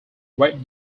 red